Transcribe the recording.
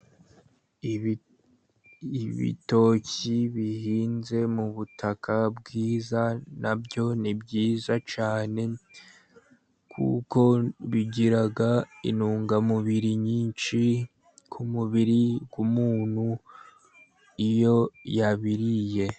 Ibitoki bihinze mu butaka bwiza na byo ni byiza cyane, kuko bigira intungamubiri nyinshi ku mubiri w'umuntu iyo yabiriye.